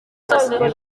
zose